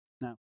Now